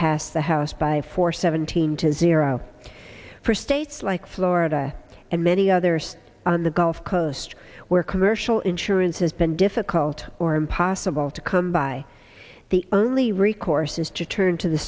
passed the house by four seventeen into zero for states like florida and many others on the gulf coast where commercial insurance has been difficult or impossible to come by the only recourse is to turn to the